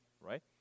right